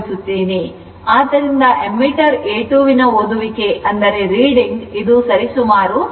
ಆದ್ದರಿಂದ ammeter A 2 ನ ಓದುವಿಕೆ ಇದು ಸರಿಸುಮಾರು 7 ಆಂಪಿಯರ್ ಆಗಿದೆ